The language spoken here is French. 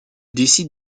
décide